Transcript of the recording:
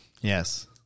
Yes